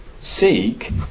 seek